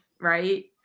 Right